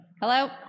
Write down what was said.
hello